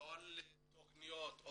כל התכניות או